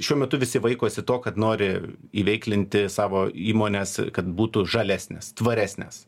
šiuo metu visi vaikosi to kad nori įveiklinti savo įmones kad būtų žalesnės tvaresnės